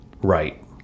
Right